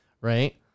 right